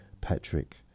Patrick